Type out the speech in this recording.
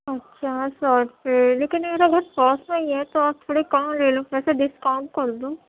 اچھا سو روپئے لیکن میرا گھر پاس میں ہی ہے تو آپ تھوڑے کم لے لو پیسے ڈسکاؤنٹ کر دوں